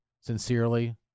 Sincerely